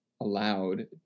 allowed